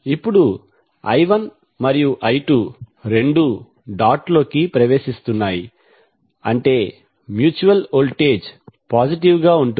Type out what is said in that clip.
ఇప్పుడు i1 మరియు i2 రెండూ డాట్ లోకి ప్రవేశిస్తున్నాయి అంటే మ్యూచువల్ వోల్టేజ్ పాజిటివ్ ఉంటుంది